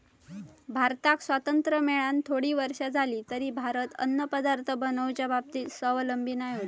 भारताक स्वातंत्र्य मेळान थोडी वर्षा जाली तरी भारत अन्नपदार्थ बनवच्या बाबतीत स्वावलंबी नाय होतो